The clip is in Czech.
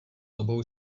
obou